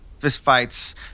fistfights